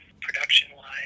production-wise